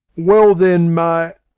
well, then, may!